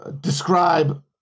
describe